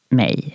mig